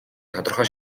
тодорхой